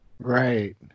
Right